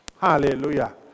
Hallelujah